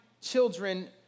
children